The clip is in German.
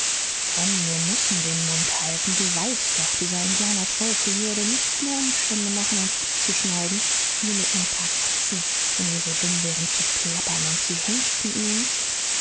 wir müssen den mund halten du weißt doch dieser indianer teufel würde nicht mehr umstände machen uns abzuschneiden wie mit nen paar katzen wenn wir so dumm wären zu plappern und sie henkten ihn nicht